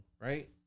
Right